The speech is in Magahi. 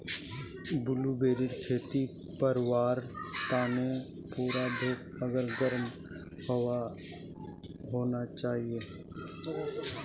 ब्लूबेरीर खेती करवार तने पूरा धूप आर गर्म आबोहवा होना चाहिए